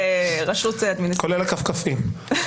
כולל הקבקבים.